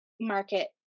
market